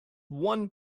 one